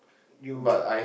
you